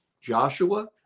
Joshua